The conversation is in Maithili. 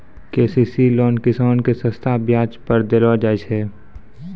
के.सी.सी लोन किसान के सस्ता ब्याज दर पर देलो जाय छै